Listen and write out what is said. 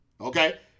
okay